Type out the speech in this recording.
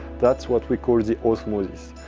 that's what we call the osmosis.